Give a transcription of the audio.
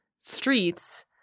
streets